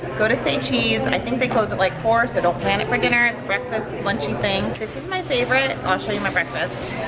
go to c'est cheese. and i think they close at like four so don't plan it for dinner. breakfast, lunch-y thing. this is my favorite. i'll show you my breakfast.